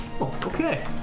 okay